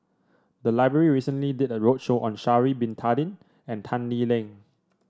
the library recently did a roadshow on Sha'ari Bin Tadin and Tan Lee Leng